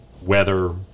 weather